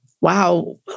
wow